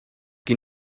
qui